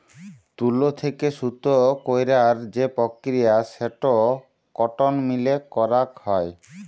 তুলো থেক্যে সুতো কইরার যে প্রক্রিয়া সেটো কটন মিলে করাক হয়